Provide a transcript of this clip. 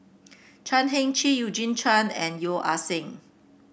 Chan Heng Chee Eugene Chen and Yeo Ah Seng